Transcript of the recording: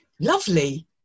lovely